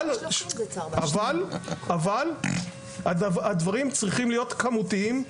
אבל הדברים צריכים להיות כמותיים,